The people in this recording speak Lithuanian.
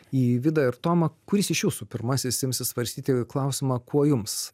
į vidą ir tomą kuris iš jūsų pirmasis imsis svarstyti klausimą kuo jums